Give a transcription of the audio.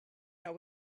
how